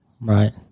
Right